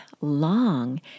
long